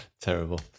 Terrible